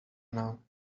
now